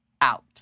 out